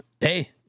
Hey